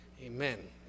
Amen